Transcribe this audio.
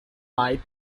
light